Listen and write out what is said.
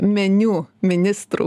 meniu ministrų